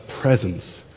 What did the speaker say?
presence